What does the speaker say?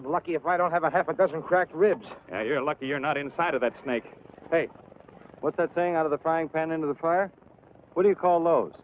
and lucky of write don't have a half a dozen cracked ribs and you're lucky you're not inside of that snake but what's that saying out of the frying pan into the fire what do you call those